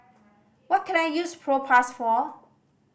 what can I use Propass for